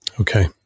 okay